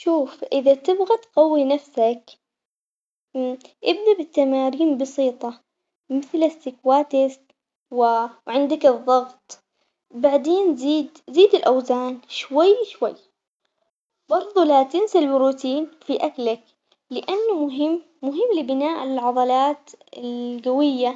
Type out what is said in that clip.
شوف إذا تبغى تقوي نفسك ابدا بالتمارين بسيطة، مثل السيكواتكس وعندك الضغط، بعدين زيد زيد الأوزان شوي شوي برضه لا تنسى البروتين في أكلك، لأنه مهم مهم لبناء العضلات القوية.